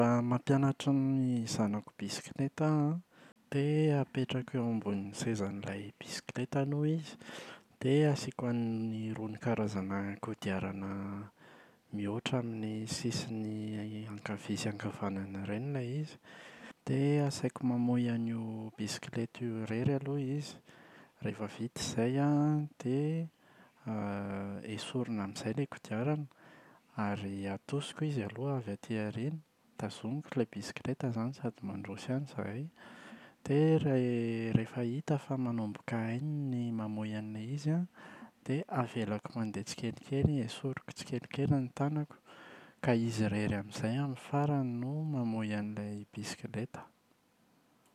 Raha mampianatra ny zanako bisikileta aho an dia apetrako eo ambonin’ny sezan’ilay bisikileta aloha izy dia asiako an’irony karazana kodiarana mihoatra amin’ny sisiny ankavia sy ankavanana ireny ilay izy, dia asaiko mamoy an’io bisikileta io irery aloha izy. Rehefa vita izay an dia esorina amin’izay ilay kodiarana, ary atosiko aloha izy avy aty aoriana, tazomiko ilay bisikileta izany sady mandroso ihany izahay dia ra- rehefa hita fa manomboka hainy ny mamoy an’ilay izy an. Dia avelako mandeha tsikelikely, esoriko tsikelikely ny tanako, ka izy irery amin’izay amin’ny farany no mamoy an’ilay bisikileta.